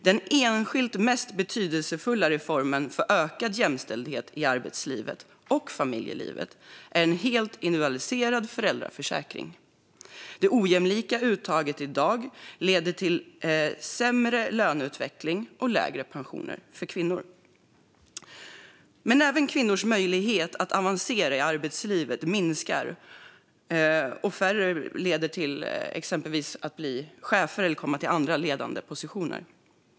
Den enskilt mest betydelsefulla reformen för ökad jämställdhet i arbetslivet och familjelivet är en helt individualiserad föräldraförsäkring. Det ojämlika uttaget i dag leder till sämre löneutveckling och lägre pensioner för kvinnor. Även kvinnors möjligheter att avancera i arbetslivet minskar, vilket exempelvis leder till att färre blir chefer eller får andra ledande positioner.